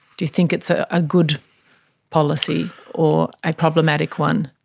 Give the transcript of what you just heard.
do you think it's ah a good policy or a problematic one?